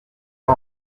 tom